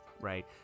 right